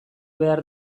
behar